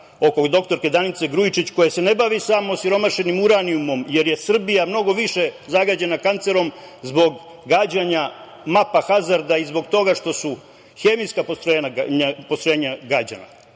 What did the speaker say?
oko dr Danice Grujičić koja se ne bavi samo osiromašenim uranijumom, jer je Srbija mnogo više zagađena kancerom zbog gađanja mapa hazarda i zbog toga što su hemijska postrojenja gađana. To